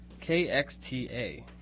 KXTA